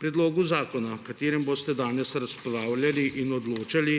Predlogu zakona, o katerem boste danes razpravljali in odločali,